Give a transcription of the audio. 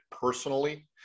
personally